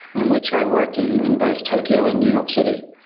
in which i worked in in both tokyo and new york city.